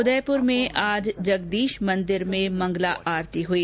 उदयपुर में आज जगदीश मंदिर में मंगला आरती हुई